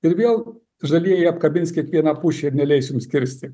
ir vėl žalieji apkabins kiekvieną pušį ir neleis jums kirsti